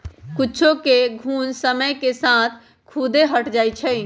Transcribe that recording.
कुछेक घुण समय के साथ खुद्दे हट जाई छई